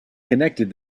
connected